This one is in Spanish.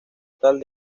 estatal